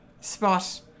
spot